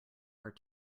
are